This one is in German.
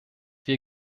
wir